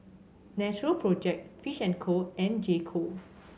Natural Project Fish and Co and J Co